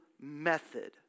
method